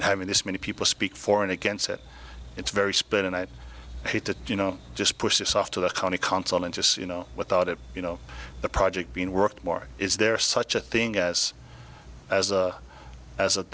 having this many people speak for and against it it's very spin and i hate to you know just push this off to the county council and just you know without it you know the project being worked more is there such a thing as as a as a